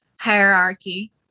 hierarchy